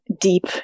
deep